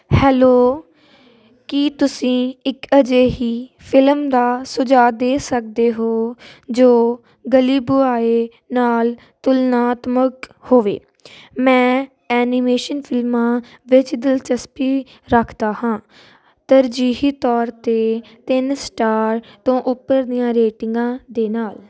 hello ਕੀ ਤੁਸੀਂ ਇੱਕ ਅਜਿਹੀ ਫਿਲਮ ਦਾ ਸੁਝਾਅ ਦੇ ਸਕਦੇ ਹੋ ਜੋ ਗਲੀ ਬੁਆਏ ਨਾਲ ਤੁਲਨਾਤਮਕ ਹੋਵੇ ਮੈਂ ਐਨੀਮੇਸ਼ਨ ਫਿਲਮਾਂ ਵਿੱਚ ਦਿਲਚਸਪੀ ਰੱਖਦਾ ਹਾਂ ਤਰਜੀਹੀ ਤੌਰ 'ਤੇ ਤਿੰਨ ਸਟਾਰ ਤੋਂ ਉੱਪਰ ਦੀਆਂ ਰੇਟਿੰਗਾਂ ਦੇ ਨਾਲ